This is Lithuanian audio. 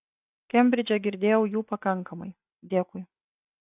kembridže girdėjau jų pakankamai dėkui